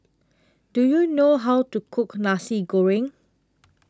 Do YOU know How to Cook Nasi Goreng